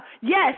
Yes